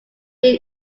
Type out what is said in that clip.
bin